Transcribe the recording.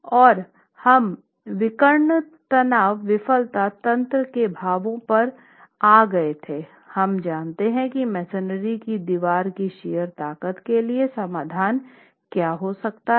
और हम विकर्ण तनाव विफलता तंत्र के भावों पर आ गए थे हम जानते हैं कि मेसनरी की दीवार की शियर ताकत के लिए समाधान क्या हो सकता है